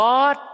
God